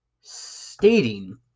stating